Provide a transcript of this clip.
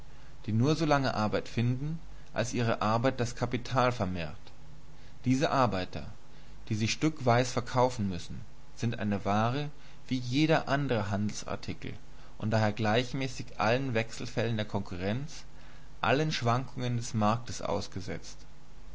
die nur so lange arbeit finden als ihre arbeit das kapital vermehrt diese arbeiter die sich stückweis verkaufen müssen sind eine ware wie jeder andere handelsartikel und daher gleichmäßig allen wechselfällen der konkurrenz allen schwankungen des marktes ausgesetzt